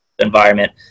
environment